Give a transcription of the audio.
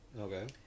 Okay